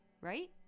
right